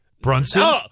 Brunson